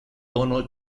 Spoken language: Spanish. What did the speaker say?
tono